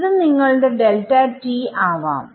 ഇത് നിങ്ങളുടെ ആവാം